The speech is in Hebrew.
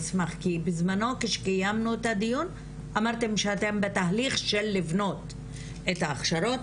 כי בזמנו כשקיימנו את הדיון אמרתם שאתם בתהליך של לבנות את ההכשרות,